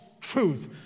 truth